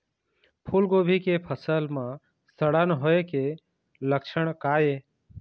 फूलगोभी के फसल म सड़न होय के लक्षण का ये?